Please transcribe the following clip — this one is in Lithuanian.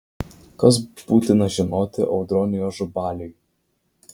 kas būtina žinoti audroniui ažubaliui